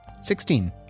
Sixteen